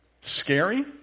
Scary